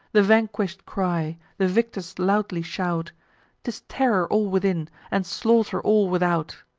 the vanquish'd cry the victors loudly shout t is terror all within, and slaughter all without.